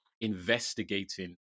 investigating